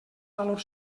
valor